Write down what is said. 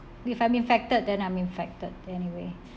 if I'm infected than I'm infected anyway